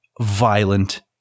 Violent